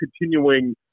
continuing